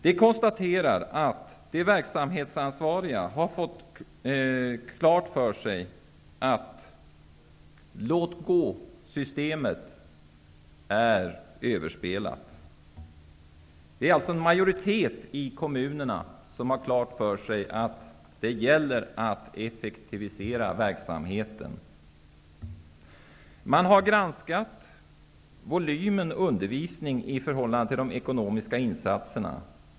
De konstaterar att de verksamhetsansvariga har fått klart för sig att låt-gå-systemet är överspelat. Det finns alltså en majoritet i kommunerna som har klart för sig att det gäller att effektivisera verksamheten. Man har granskat volymen undervisning i förhållande till de ekonomiska insatserna.